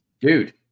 dude